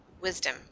wisdom